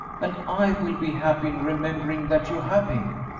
and i will be happy in remembering that you have him.